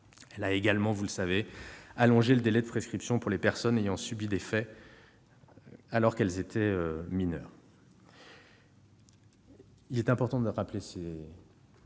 Elle a également allongé le délai de prescription pour les personnes ayant subi des faits alors qu'elles étaient mineures. Il est important de rappeler ces